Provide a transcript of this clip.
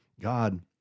God